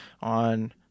on